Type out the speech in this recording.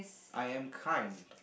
I am kind